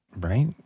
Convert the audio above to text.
Right